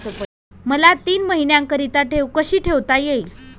मला तीन महिन्याकरिता ठेव कशी ठेवता येईल?